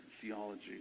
theology